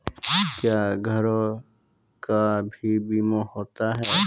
क्या घरों का भी बीमा होता हैं?